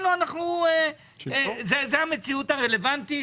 זו המציאות הרלוונטית